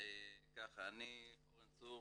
אני אורן צור,